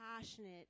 passionate